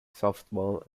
softball